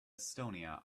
estonia